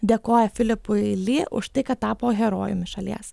dėkoja filipui ly už tai kad tapo herojumi šalies